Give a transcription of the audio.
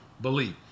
believe